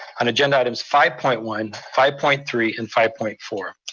on agenda items five point one, five point three, and five point four.